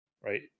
right